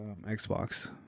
Xbox